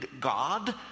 God